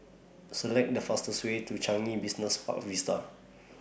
Select The fastest Way to Changi Business Park Vista